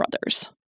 brothers